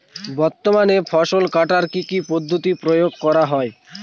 বর্তমানে ফসল কাটার কি কি পদ্ধতি প্রয়োগ করা হয়?